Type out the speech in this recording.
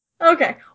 Okay